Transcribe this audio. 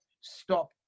stop